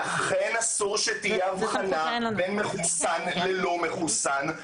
לכן אסור שתהיה הבחנה בין מחוסן ללא מחוסן,